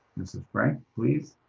ms. frank, please.